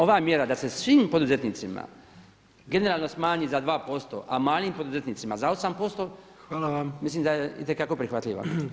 Ova mjera da se svim poduzetnicima generalno smanji za 2%, a malim poduzetnicima za 8% mislim da je itekako prihvatljiva.